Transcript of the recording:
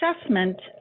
assessment